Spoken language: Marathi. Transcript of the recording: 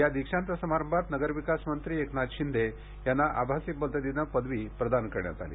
या दीक्षान्त समारंभात नगरविकासमंत्री एकनाथ शिंदे यांना आभासी पद्धतीने पदवी प्रदान करण्यात आली